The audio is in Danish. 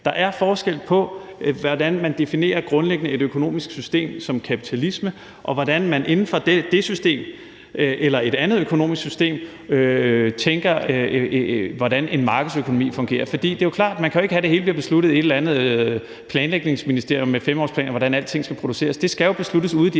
Der er forskel på, hvordan man grundlæggende definerer et økonomisk system som kapitalisme, og hvordan man inden for det system eller et andet økonomisk system tænker over, hvordan en markedsøkonomi fungerer. For det er jo klart, at man ikke kan have, at det hele bliver besluttet i et eller andet planlægningsministerium med 5-årsplaner, altså hvordan alting skal produceres. Det skal jo besluttes ude i de